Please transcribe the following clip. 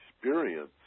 experience